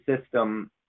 system